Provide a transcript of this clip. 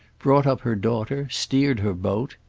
brought up her daughter, steered her boat.